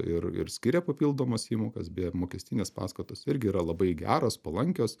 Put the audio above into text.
ir ir skiria papildomas įmokas beje mokestinės paskatos irgi yra labai geros palankios